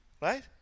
Right